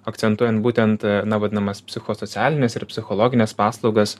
akcentuojant būtent na vadinamas psichosocialines ir psichologines paslaugas